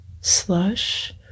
slush